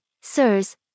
sirs